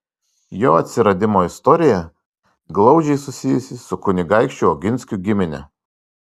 jo atsiradimo istorija glaudžiai susijusi su kunigaikščių oginskių gimine